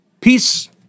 Peace